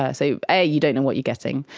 ah so ah you don't know what you're getting,